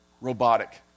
Robotic